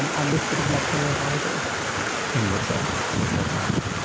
and and this sort of led to a revival and what's that? what's that dye called?